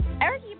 Eric